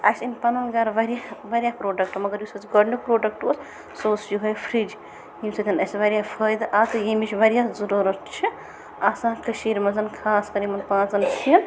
اسہِ أنۍ پَنُن گَرٕ واریاہ واریاہ پروڈَکٹ مَگَر یُس اسہِ گۄڈنیُک پروڈَکٹ اوس سُہ اوس یوہے فرِج ییٚمہِ سۭتۍ اسہِ واریاہ فٲیدٕ اَکھ ییٚمِچ واریاہ ضروٗرَت چھِ آسان کَشیٖرِ منٛز خاص کَر یِمن پانٛژن شیٚن